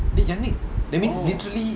என்ன:enna that's mean literally